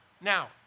Now